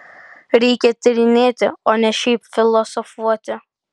reikia tyrinėti o ne šiaip filosofuoti